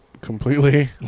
completely